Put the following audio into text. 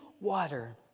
water